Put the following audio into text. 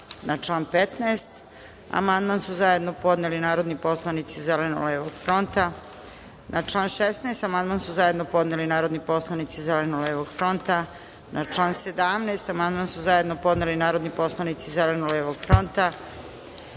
član 14. amandman su zajedno podneli narodni poslanici Zeleno-levog fronta. Na član 15. amandman su zajedno podneli narodni poslanici Zeleno-levog fronta. Na član 16. amandman su zajedno podneli narodni poslanici Zeleno-levog fronta.33/2